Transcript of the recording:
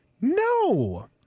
No